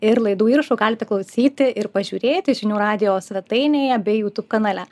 ir laidų įrašų galite klausyti ir pažiūrėti žinių radijo svetainėje bei youtube kanale